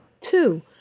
Two